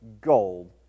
gold